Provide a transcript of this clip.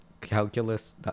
calculus